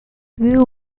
view